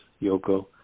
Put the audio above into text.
Yoko